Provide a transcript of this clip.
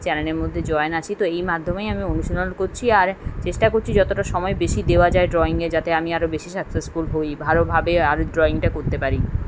চ্যানেলের মধ্যে জয়েন আছি তো এই মাধ্যমে আমি অনুশীলন করছি আর চেষ্টা করছি যতোটা সময় বেশি দেওয়া যায় ড্রয়িংয়ে যাতে আমি আরো বেশি সাকসেসফুল হই ভালোভাবে আরও ড্রয়িংটা করতে পারি